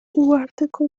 uharteko